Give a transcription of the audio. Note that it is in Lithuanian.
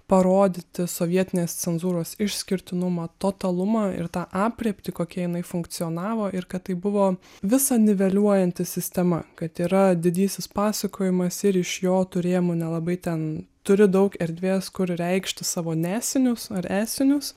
parodyti sovietinės cenzūros išskirtinumą totalumą ir tą aprėptį kokia jinai funkcionavo ir kad tai buvo visa niveliuojanti sistema kad yra didysis pasakojimas ir iš jo turėjimo nelabai ten turi daug erdvės kur reikšti savo nesinius ar esinius